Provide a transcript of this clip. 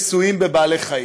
בעניין של ניסויים בבעלי-חיים.